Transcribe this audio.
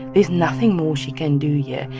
there's nothing more she can do yeah